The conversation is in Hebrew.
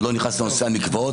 הוא לא נכנס לנושא המקוואות.